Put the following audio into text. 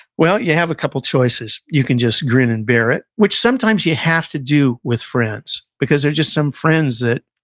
well, you have a couple choices, you can just grin and bear it, which sometimes you have to do with friends. because, there're just some friends that,